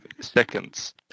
seconds